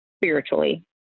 spiritually